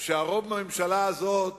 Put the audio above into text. שהרוב בממשלה הזאת